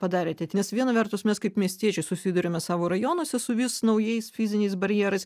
padarėte nes viena vertus mes kaip miestiečiai susiduriame savo rajonuose su vis naujais fiziniais barjerais